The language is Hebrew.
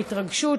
מההתרגשות,